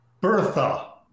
Bertha